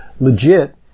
legit